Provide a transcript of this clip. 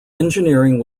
engineering